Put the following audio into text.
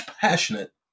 passionate